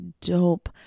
dope